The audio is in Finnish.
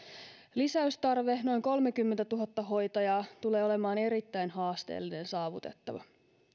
lisäystarve noin kolmekymmentätuhatta hoitajaa tulee olemaan erittäin haasteellinen saavutettava